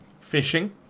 Fishing